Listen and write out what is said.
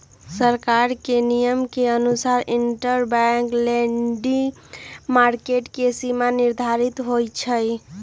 सरकार के नियम के अनुसार इंटरबैंक लैंडिंग मार्केट के सीमा निर्धारित होई छई